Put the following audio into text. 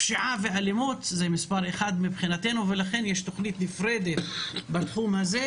פשיעה ואלימות זה מספר אחד מבחינתנו ולכן יש תוכנית נפרדת בתחום הזה,